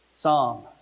Psalm